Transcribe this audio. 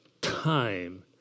time